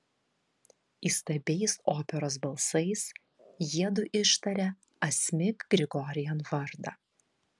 įstabiais operos balsais jiedu ištarė asmik grigorian vardą